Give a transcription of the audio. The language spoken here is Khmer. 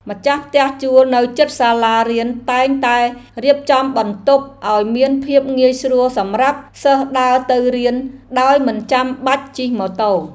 ម្ចាស់ផ្ទះជួលនៅជិតសាលារៀនតែងតែរៀបចំបន្ទប់ឱ្យមានភាពងាយស្រួលសម្រាប់សិស្សដើរទៅរៀនដោយមិនបាច់ជិះម៉ូតូ។